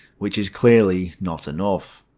which is clearly not enough.